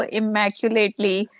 immaculately